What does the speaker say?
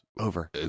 over